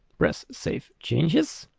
press save changes.